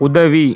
உதவி